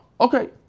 Okay